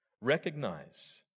Recognize